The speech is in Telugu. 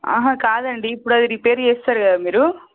కాదండి ఇప్పుడు అది రిపేర్ చేస్తారు కదా మీరు